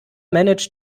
managed